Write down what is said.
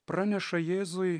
praneša jėzui